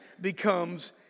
becomes